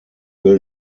will